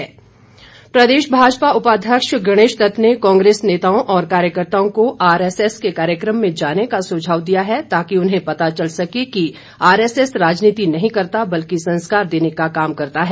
गणेशदत्त प्रदेश भाजपा उपाध्यक्ष गणेशदत्त ने कांग्रेस नेताओं और कार्यकर्ताओं को आरएसएस के कार्यक्रम में जाने का सुझाव दिया है ताकि उन्हें पता चल सके कि आरएसएस राजनीति नहीं करता बल्कि संस्कार देने का काम करता है